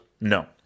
No